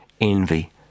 envy